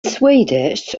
swedish